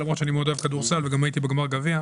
למרות שאני מאוד אוהב כדורסל וגם הייתי בגמר גביע.